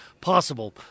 possible